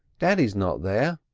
daddy's not there.